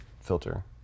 filter